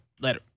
Later